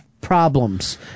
problems